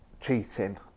cheating